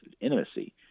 intimacy